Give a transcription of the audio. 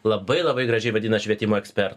labai labai gražiai vadina švietimo ekspert